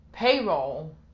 payroll